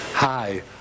Hi